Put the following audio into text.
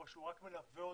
או שהוא רק מלווה אותו,